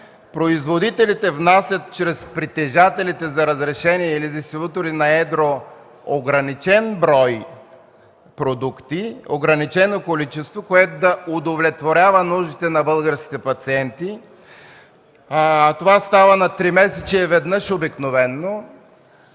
производителите внасят чрез притежателите на разрешение или дистрибутори на едро ограничен брой продукти, ограничено количество, което да удовлетворява нуждите на българските пациенти. Това става обикновено